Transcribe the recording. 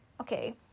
Okay